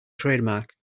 trademark